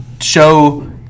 show